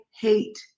hate